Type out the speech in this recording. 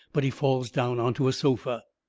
but he falls down onto a sofa.